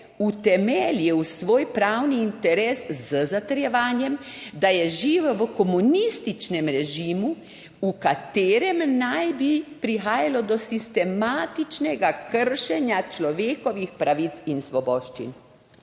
utemeljil svoj pravni interes z zatrjevanjem, da je živel v komunističnem režimu, v katerem naj bi prihajalo do sistematičnega kršenja človekovih pravic in svoboščin.